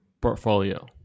portfolio